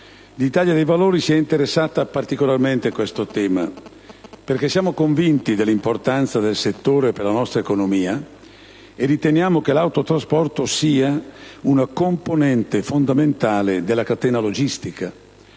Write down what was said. l'Italia dei Valori si è interessata particolarmente a questo tema, perché siamo convinti dell'importanza del settore per la nostra economia e riteniamo che l'autotrasporto sia una componente fondamentale della catena logistica,